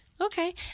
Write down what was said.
Okay